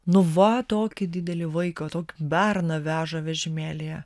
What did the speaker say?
nu va tokį didelį vaiką tokį berną veža vežimėlyje